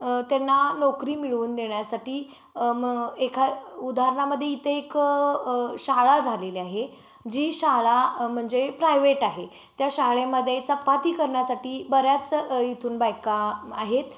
त्यांना नोकरी मिळवून देण्यासाठी म एखा उदाहरणामध्ये इथं एक शाळा झालेली आहे जी शाळा म्हणजे प्रायव्हेट आहे त्या शाळेमध्ये चपाती करण्यासाठी बऱ्याच इथून बायका आहेत